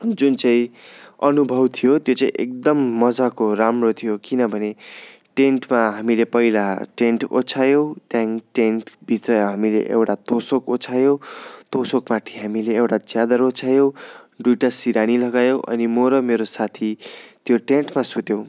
हाम्रो जुन चाहिँ अनुभव थियो त्यो चाहिँ एकदम मजाको राम्रो थियो किनभने टेन्टमा हामीले पहिला टेन्ट ओछ्यायौँ त्यहाँदेखिन् टेन्टभित्र हामीले एउटा तोसक ओछ्यायौँ तोसकमाथि हामीले एउटा च्यादर ओछ्यायौँ दुइटा सिरानी लगायौँ अनि म र मेरो साथी त्यो टेन्टमा सुत्यौँ